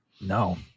no